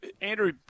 Andrew